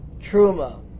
Truma